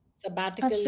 sabbatical